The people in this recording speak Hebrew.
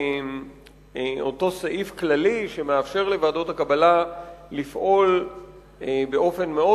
אותו סעיף כללי שמאפשר לוועדות הקבלה לפעול באופן מאוד